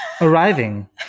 Arriving